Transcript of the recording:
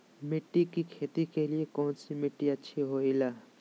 मिर्च की खेती के लिए कौन सी मिट्टी अच्छी होईला?